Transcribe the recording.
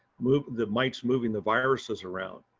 move, the mites moving the viruses around.